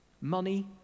Money